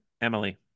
Emily